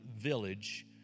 village